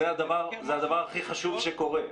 זה הדבר הכי חשוב שקורה.